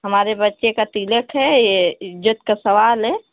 हमारे बच्चे का तिलक है ये इज्जत का सवाल है